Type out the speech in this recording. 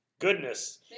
Goodness